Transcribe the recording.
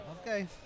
Okay